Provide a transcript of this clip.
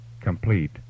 complete